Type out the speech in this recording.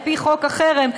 על-פי חוק החרם,